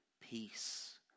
peace